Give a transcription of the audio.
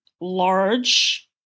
large